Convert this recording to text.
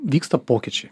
vyksta pokyčiai